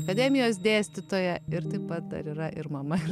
akademijos dėstytoja ir taip pat dar yra ir mama